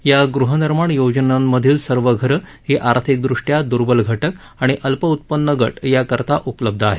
या गृहनिर्माण योजनांतील सर्व घरे ही आर्थिकदृष्टया दुर्बल घटक आणि अल्प उत्पन्न गट यांकरिता उपलब्ध आहेत